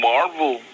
Marvel